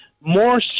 more